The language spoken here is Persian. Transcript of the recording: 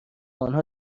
آنها